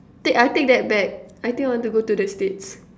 take I take that back I think I want to go to the States